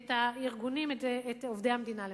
את הארגונים, את עובדי המדינה למשל,